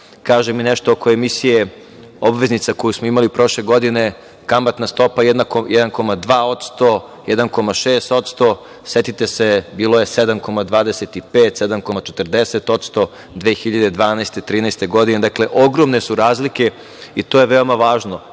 kažem i nešto oko emisije obveznica koju smo imali prošle godine, kamatna stopa 1,2%, 1,6%. Setite se, bilo je 7,25%, 7,40% 2012, 2013. godine. Dakle, ogromne su razlike i to je veoma važno.